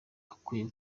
akwiye